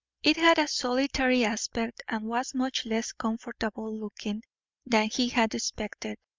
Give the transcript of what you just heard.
it had a solitary aspect and was much less comfortable-looking than he had expected.